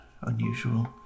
unusual